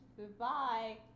Goodbye